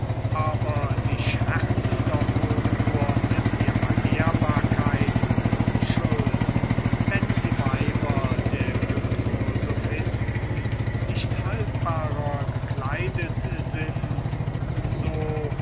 aber sie scherzen doch wohl nur mit ihrer ehrbarkeit und unschuld wenn die weiber der gymnosophisten nicht haltbarer gekleidet sind so